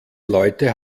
leute